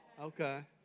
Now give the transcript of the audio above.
okay